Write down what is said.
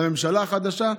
לממשלה החדשה,